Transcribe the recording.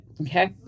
Okay